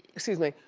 excuse me,